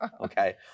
okay